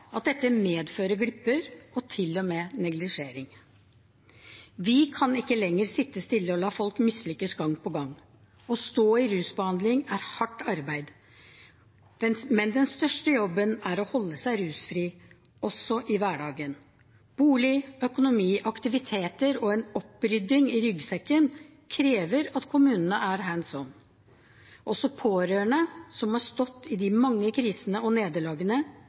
at dette medfører glipper og til og med neglisjering. Vi kan ikke lenger sitte stille og la folk mislykkes gang på gang. Å stå i rusbehandling er hardt arbeid, men den største jobben er å holde seg rusfri også i hverdagen. Bolig, økonomi, aktiviteter og en opprydding i «ryggsekken» krever at kommunene er «hands on». Også pårørende som har stått i de mange krisene og nederlagene,